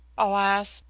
alas!